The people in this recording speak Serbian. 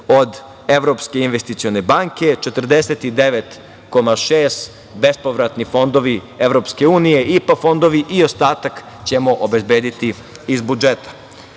od Evropske investicione banke, 49,6 bespovratni fondovi EU, IPA fondovi i ostatak ćemo obezbediti iz budžeta. Ono